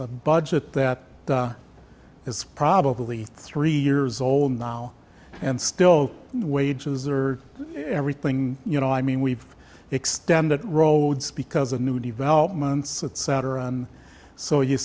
a budget that is probably three years old now and still wages are everything you know i mean we've extended roads because of new developments at souter and so you